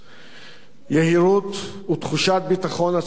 יהירות ותחושת ביטחון עצמי מופרז,